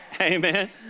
Amen